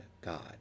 God